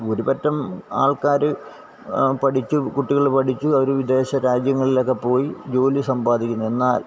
ഒരുപറ്റം ആള്ക്കാര് പഠിച്ച് കുട്ടികള് പഠിച്ചു അവര് വിദേശ രാജ്യങ്ങളിലൊക്കെ പോയി ജോലി സമ്പാദിക്കുന്നു എന്നാല്